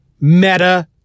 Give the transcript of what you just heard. meta